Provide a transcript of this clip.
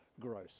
gross